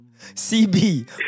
CB